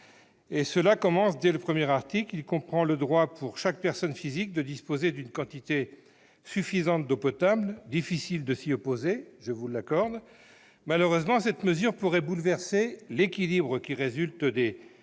Cela commence dès le premier article. Celui-ci comprend le droit pour chaque personne physique de disposer d'une quantité suffisante d'eau potable- difficile de s'y opposer, je vous l'accorde ! Malheureusement, cette mesure pourrait bouleverser l'équilibre qui résulte des